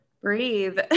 breathe